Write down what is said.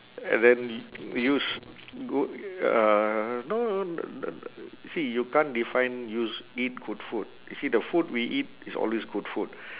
and then u~ use g~ ah no no n~ n~ n~ see you can't define you s~ eat good food you see the food we eat is always good food